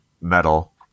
metal